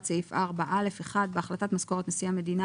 סעיף 4א 1. בהחלטת משכורת נשיא המדינה,